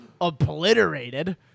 obliterated